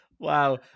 Wow